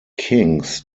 kings